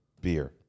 beer